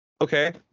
okay